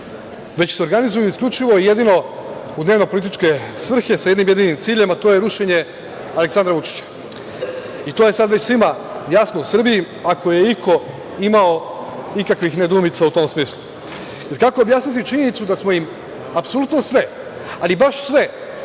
već se organizuju isključivo i jedino u dnevno političke svrhe sa jednim jedinim ciljem, a to je rušenje Aleksandra Vučića. To je sad već svima jasno u Srbiji, ako je iko imao ikakvih nedoumica u tom smislu, jer kako objasniti činjenicu da smo im apsolutno sve, ali baš sve